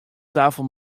tafel